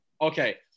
Okay